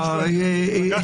יש